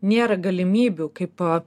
nėra galimybių kaip